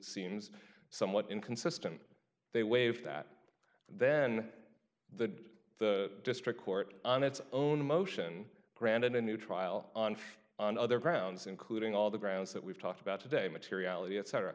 seems somewhat inconsistent they waive that then the the district court on its own motion granted a new trial on on other grounds including all the grounds that we've talked about today materiality et